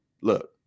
look